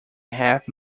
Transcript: half